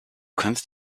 kannst